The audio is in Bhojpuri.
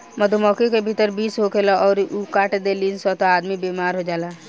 मधुमक्खी के भीतर विष होखेला अउरी इ काट देली सन त आदमी बेमार हो जाला